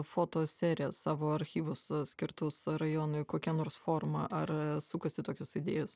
fotoserijas savo archyvus skirtus rajonui kokia nors forma ar sukasi tokios idėjos